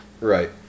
Right